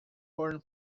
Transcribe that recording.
foreign